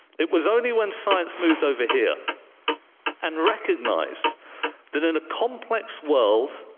it was only when science moved over here and recognized that in a complex world,